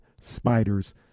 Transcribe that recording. Spiders